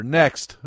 next